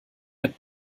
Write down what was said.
mit